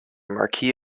marquis